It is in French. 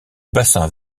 bassin